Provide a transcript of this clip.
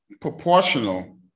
proportional